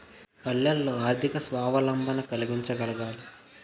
పల్లెల్లో ఆర్థిక స్వావలంబన కలిగించగలగాలి